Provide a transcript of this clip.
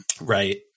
right